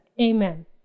Amen